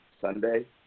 Sunday